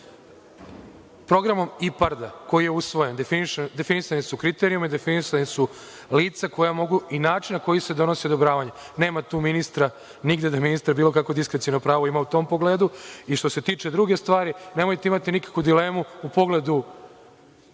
vreme. Programom IPARD-a, koji je usvojen definisani su kriterijumi, definisani su lica koja mogu i način na koji se donosi odobravanje. Nema tu ministra nigde da ministar bilo kakvo diskreciono pravo ima u tom pogledu. I, što se tiče druge stvari, nemojte imati nikakvu dilemu u pogledu